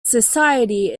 society